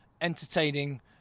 entertaining